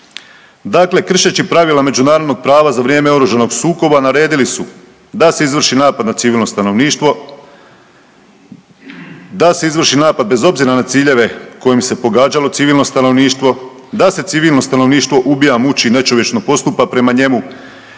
Dakle, kršeći pravila međunarodnog prava za vrijeme oružanog sukoba naredili su da se izvrši napad na civilno stanovništvo, da se izvrši napad bez obzira na ciljeve kojim se pogađalo civilno stanovništvo, da se civilno stanovništvo ubija, muči i nečovječno postupa prema njemu,